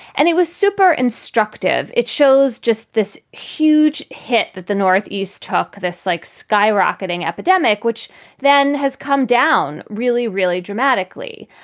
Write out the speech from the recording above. and it was super instructive. it shows just this huge hit that the northeast took this like skyrocketing epidemic, which then has come down really, really dramatically.